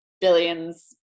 billions